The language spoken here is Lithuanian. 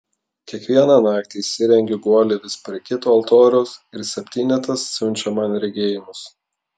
kiekvieną naktį įsirengiu guolį vis prie kito altoriaus ir septynetas siunčia man regėjimus